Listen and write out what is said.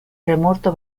remoto